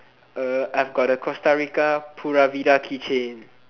uh I've got a Costa-Rica pura vida keychain